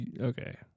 okay